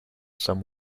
some